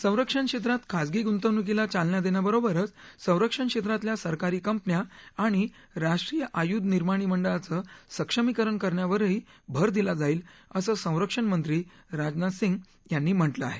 संरक्षण क्षेत्रात खाजगी गुंतवणुकीला चालना देण्याबरोबरच संरक्षण क्षेत्रातल्या सरकारी कंपन्या आणि राष्ट्रीय आयुध निर्माणी मंडळाचं सक्षमीकरण करण्यावरही भर दिला जाईल असं संरक्षणमंत्री राजनाथ सिंग यांनी म्हटलं आहे